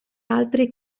altri